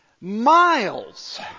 miles